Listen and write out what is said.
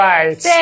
Right